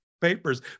papers